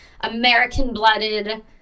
American-blooded